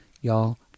Y'all